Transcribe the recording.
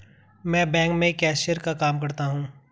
मैं बैंक में कैशियर का काम करता हूं